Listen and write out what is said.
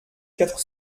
quatre